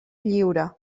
lliure